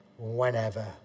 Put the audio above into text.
whenever